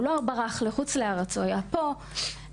הוא לא ברח לחוץ לארץ הוא היה פה,